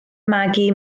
magu